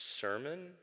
sermon